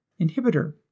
inhibitor